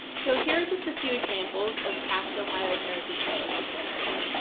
so here are just a few examples of past ohio heritage fellowship winners.